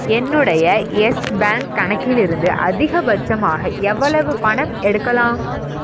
என்னுடைய Yes bank கணக்கிலிருந்து அதிகபட்சமாக எவ்வளவு பணம் எடுக்கலாம்